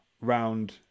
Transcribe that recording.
round